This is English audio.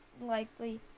likely